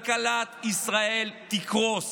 כלכלת ישראל תקרוס.